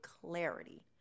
clarity